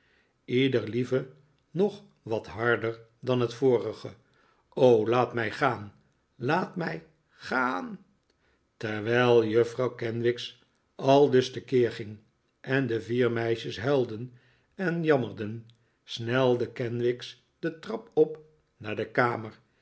ieder lieve nog wat harder dan het vorige o laat mij gaan laat mij ga a a n terwijl juffrouw kenwigs aldus te keer ging en de vier meisjes huilden en jammerden snelde kenwigs de trap op naar de kamer